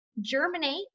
Germinate